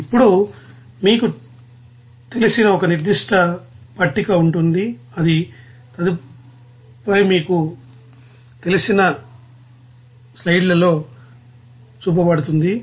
ఇప్పుడు మీకు తెలిసిన ఒక నిర్దిష్ట పట్టిక ఉంటుంది ఇది తదుపరి మీకు తెలిసిన స్లయిడ్లలో చూపబడుతుంది